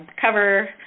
cover